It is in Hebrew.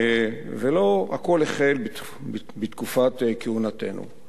ולא הכול החל בתקופת כהונתנו.